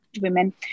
women